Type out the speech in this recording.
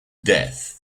death